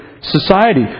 Society